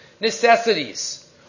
necessities